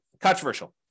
controversial